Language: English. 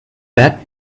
back